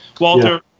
Walter